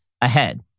ahead